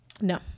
No